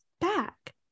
back